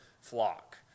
flock